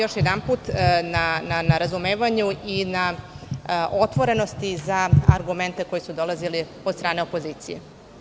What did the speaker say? Još jedanput, hvala vam na razumevanju i na otvorenosti za argumente koji su dolazili od strane opozicije.